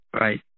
right